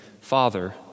Father